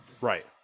Right